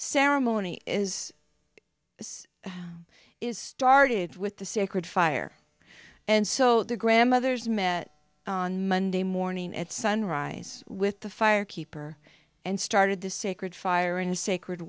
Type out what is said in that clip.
ceremony is is started with the sacred fire and so the grandmothers met on monday morning at sunrise with the fire keeper and started the sacred fire in a sacred